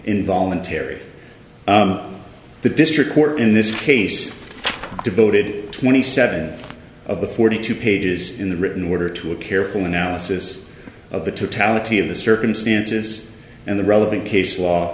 involuntary the district court in this case devoted twenty seven of the forty two pages in the written order to a careful analysis of the totality of the circumstances and the relevant case law